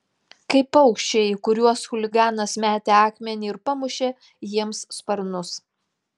kaip paukščiai į kuriuos chuliganas metė akmenį ir pamušė jiems sparnus